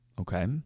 okay